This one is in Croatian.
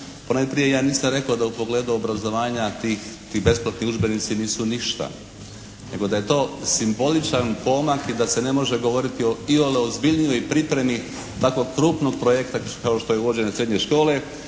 Ponajprije ja nisam rekao da u pogledu obrazovanja tih, ti besplatni udžbenici nisu ništa. Nego da je to simboličan pomak i da se ne može govoriti o iole ozbiljnijoj pripremi tako krupnog projekta kao što je uvođenje srednje škole,